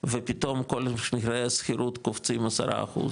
ופתאום כל מחירי השכירות קופצים עשרה אחוז,